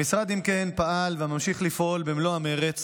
המשרד, אם כן, פעל וממשיך לפעול במלוא המרץ